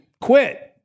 quit